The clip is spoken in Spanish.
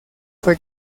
fue